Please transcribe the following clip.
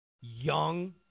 young